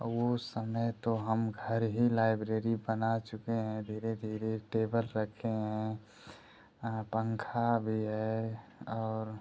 अब वो समय तो हम घर ही लाइब्रेरी बना चुके हैं धीरे धीरे टेबल रखे हैं पंखा भी है और